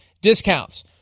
discounts